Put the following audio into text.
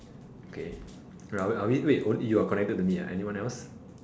okay are we are we wait you're connected to me ah anyone else